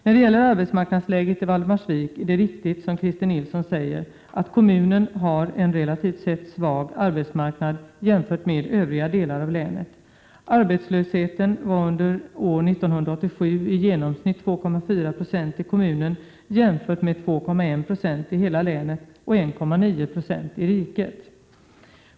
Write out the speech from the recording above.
När det gäller arbetsmarknadsläget i Valdemarsvik är det riktigt som Christer Nilsson säger att kommunen har en relativt sett svag arbetsmarknad jämförd med arbetsmarknaden i övriga delar av länet. Arbetslösheten var under år 1987 i genomsnitt 2,4 26 i kommunen, jämfört med 2,1 96 i hela länet och 1,9 9 i riket.